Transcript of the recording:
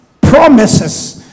promises